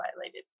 violated